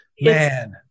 Man